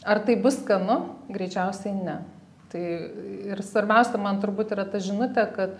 ar tai bus skanu greičiausiai ne tai ir svarbiausia man turbūt yra ta žinutė kad